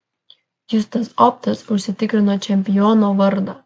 justas optas užsitikrino čempiono vardą